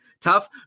tough